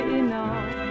enough